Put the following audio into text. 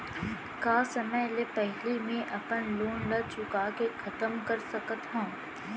का समय ले पहिली में अपन लोन ला चुका के खतम कर सकत हव?